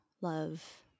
love